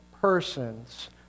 persons